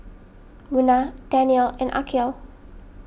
Munah Daniel and Aqil